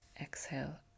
Exhale